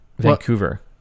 vancouver